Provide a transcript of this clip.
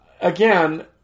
Again